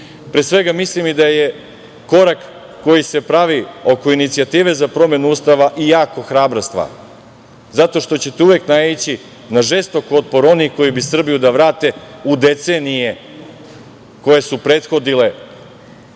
Srbije. Mislim da je korak koji se pravi oko inicijative za promenu Ustava jako hrabra stvar zato što ćete uvek naići na žestok otpor onih koji bi Srbiju da vrate u decenije koje su prethodile